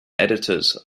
editors